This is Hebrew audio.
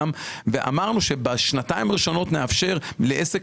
ואמרנו שבשנתיים הראשונות נאפשר לעסק